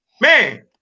Man